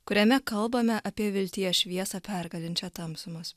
kuriame kalbame apie vilties šviesą pergalinčią tamsumas